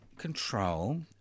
control